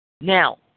Now